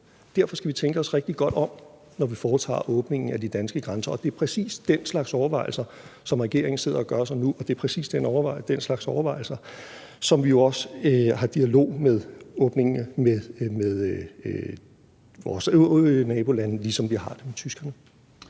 Derfor skal vi tænke os rigtig godt om, når vi foretager åbningen af de danske grænser. Og det er præcis den slags overvejelser, som regeringen sidder og gør sig nu, og det er præcis den slags overvejelser, som vi jo også har en dialog med vores øvrige nabolande om, ligesom vi har det med Tyskland.